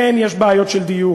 כן, יש בעיות של דיור.